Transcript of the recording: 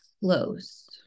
close